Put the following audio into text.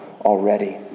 already